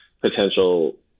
potential